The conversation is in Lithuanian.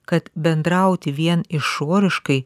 kad bendrauti vien išoriškai